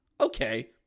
Okay